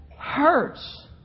hurts